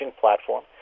platform